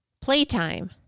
playtime